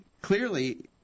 clearly